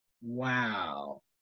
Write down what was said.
Wow